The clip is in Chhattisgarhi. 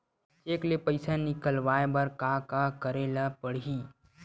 चेक ले पईसा निकलवाय बर का का करे ल पड़हि?